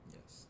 Yes